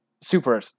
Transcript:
super